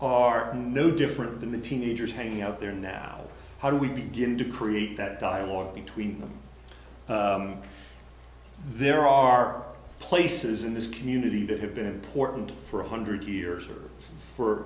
are no different than the teenagers hanging out there now how do we begin to create that dialogue between them there are places in this community that have been important for a hundred years or for